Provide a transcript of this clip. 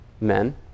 men